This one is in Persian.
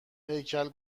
هیکل